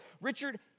Richard